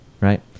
right